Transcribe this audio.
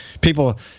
people